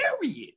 Period